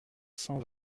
cent